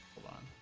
upon